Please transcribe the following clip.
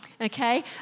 okay